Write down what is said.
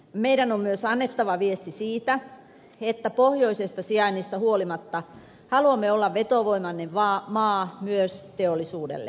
meidän on myös annettava viesti siitä että pohjoisesta sijainnista huolimatta haluamme olla vetovoimainen maa myös teollisuudelle